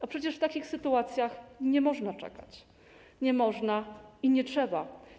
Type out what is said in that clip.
A przecież w takich sytuacjach nie można czekać, nie można i nie trzeba.